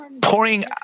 pouring